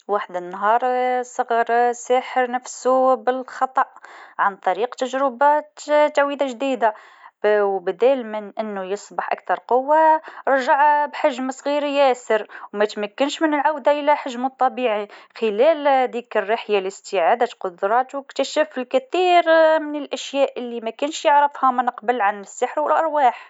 فما نهار، فما ساحر صغر نفسو بالغلط عن طريق تجربه عملها جديده و في عوض انو يكون أكثر قوه رجع بحجم صغير ياسر وما نجمش يرجع لحجمو الطبيعي، خلال الرحله هذيكا باش يستعيد قدراتو اكتشف برشا حاجات اللي ما كانش يعرفهم من قبل عن السحر والأرواح.